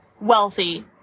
wealthy